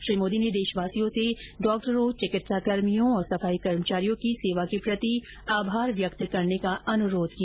श्री मोदी ने देशवासियों से डॉक्टरों चिकित्सा कर्मियों और सफाई कर्मचारियों की सेवा के प्रति आभार व्यक्त करने का अनुरोध किया